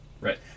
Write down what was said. Right